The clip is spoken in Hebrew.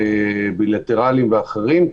בילטרליים ואחרים,